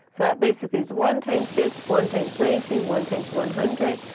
so that basically is one times this, one times ninety, one times one hundred.